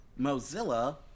Mozilla